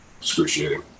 excruciating